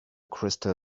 crystal